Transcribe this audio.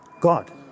God